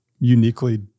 uniquely